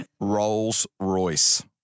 Rolls-Royce